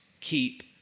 keep